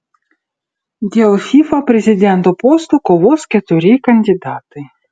dėl fifa prezidento posto kovos keturi kandidatai